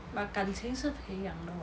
but 感情是培养的 [what]